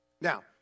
Now